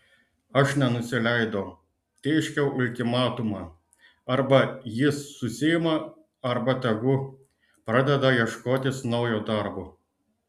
aš nenusileidau tėškiau ultimatumą arba jis susiima arba tegu pradeda ieškotis naujo darbo